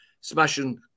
smashing